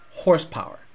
horsepower